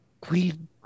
Queen